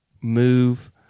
move